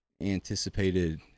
anticipated